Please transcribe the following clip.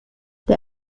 der